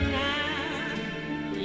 now